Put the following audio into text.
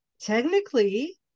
Technically